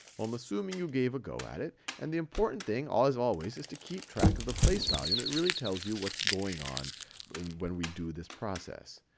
um assuming you gave a go at it. and the important thing always always is to keep track of the place value. and it really tells you what's going on when we do this process.